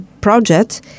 project